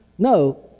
No